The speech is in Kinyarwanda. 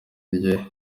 rye